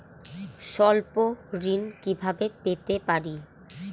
স্বল্প ঋণ কিভাবে পেতে পারি?